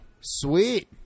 Sweet